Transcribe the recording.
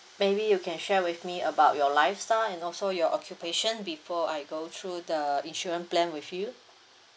maybe you can share with me about your lifestyle and also your occupation before I go through the insurance plan with you